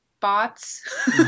bots